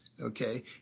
Okay